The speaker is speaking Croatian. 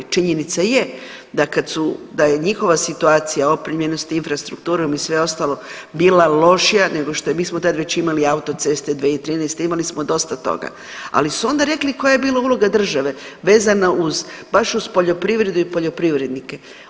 Činjenica je da je njihova situacija opremljenost infrastrukturom i sve ostalo bila lošija nego što mi smo tada već imali autoceste 2013., imali smo dosta toga, ali su onda rekli koja je bila uloga države vezano baš uz poljoprivredu i poljoprivrednike.